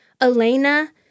Elena